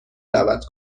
دعوت